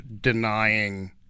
denying